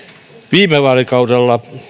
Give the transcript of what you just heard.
viime vaalikaudella